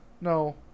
No